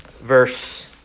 verse